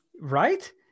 right